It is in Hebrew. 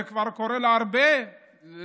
זה כבר קורה להרבה בפריפריה,